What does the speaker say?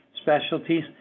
specialties